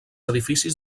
edificis